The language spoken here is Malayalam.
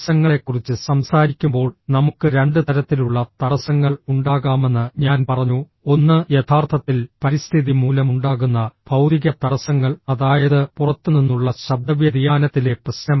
തടസ്സങ്ങളെക്കുറിച്ച് സംസാരിക്കുമ്പോൾ നമുക്ക് രണ്ട് തരത്തിലുള്ള തടസ്സങ്ങൾ ഉണ്ടാകാമെന്ന് ഞാൻ പറഞ്ഞു ഒന്ന് യഥാർത്ഥത്തിൽ പരിസ്ഥിതി മൂലമുണ്ടാകുന്ന ഭൌതിക തടസ്സങ്ങൾ അതായത് പുറത്തുനിന്നുള്ള ശബ്ദവ്യതിയാനത്തിലെ പ്രശ്നം